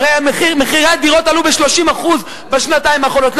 הרי מחירי הדירות עלו ב-30% בשנתיים האחרונות.